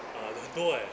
ah 有很多 eh